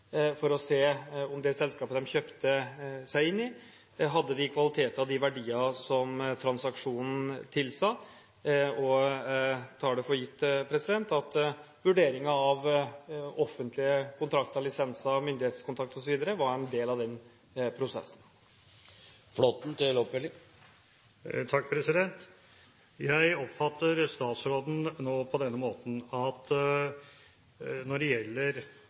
for å se om det selskapet de kjøpte seg inn i, hadde de kvaliteter og de verdier som transaksjonen tilsa. Jeg tar det for gitt at vurderingen av offentlige kontrakter, lisenser, myndighetskontakt osv. var en del av den prosessen. Jeg oppfatter statsråden på den måten at når det gjelder